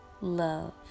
love